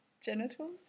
genitals